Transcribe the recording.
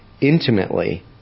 intimately